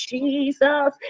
Jesus